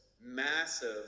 massive